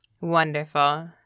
Wonderful